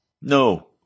No